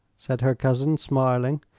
said her cousin, smiling.